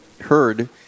heard